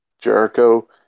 Jericho